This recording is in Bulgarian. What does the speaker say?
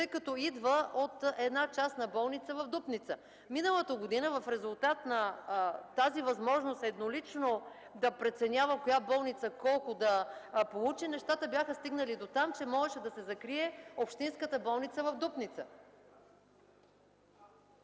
тъй като идва от една частна болница в Дупница. Миналата година в резултат на възможността еднолично да преценява коя болница колко да получи, нещата бяха стигнали дотам, че можеше да се закрие Общинската болница в Дупница.